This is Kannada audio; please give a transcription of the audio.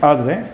ಆದರೆ